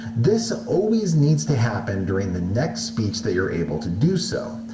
this always needs to happen during the next speech that you are able to do so.